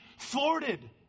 thwarted